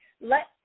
let